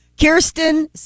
Kirsten